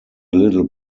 little